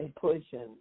pushing